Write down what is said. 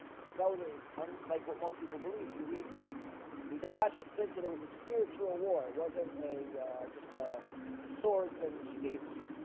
because that was a unlike what most people believe you read the me josh. it says that it was a spiritual war wasn't a just ah swords and spears